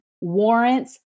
warrants